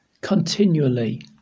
continually